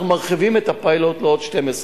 אנחנו מרחיבים את הפיילוט לעוד 12 ערים.